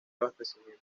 abastecimiento